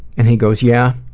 and he goes, yeah,